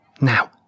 Now